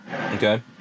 Okay